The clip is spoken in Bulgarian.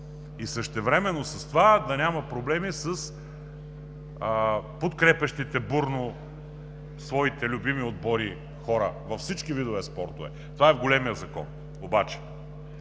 и същевременно с това да няма проблеми с подкрепящите бурно своите любими отбори хора във всички видове спортове – това е големият закон. Обаче